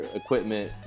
equipment